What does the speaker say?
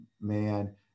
man